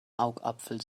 augapfel